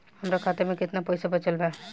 हमरा खाता मे केतना पईसा बचल बा?